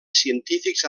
científics